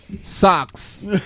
socks